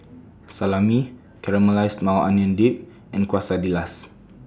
Salami Caramelized Maui Onion Dip and Quesadillas